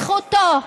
זכותו,